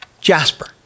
Jasper